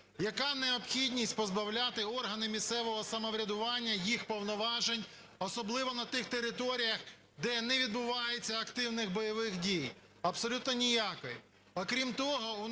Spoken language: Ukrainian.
Яка необхідність позбавляти органи місцевого їх повноважень, особливо на тих територіях, де не відбувається активних бойових дій? Абсолютно ніякої.